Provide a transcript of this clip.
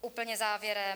Úplně závěrem.